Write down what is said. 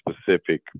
specific